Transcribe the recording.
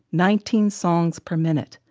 nineteen songs per minute,